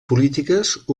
polítiques